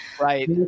Right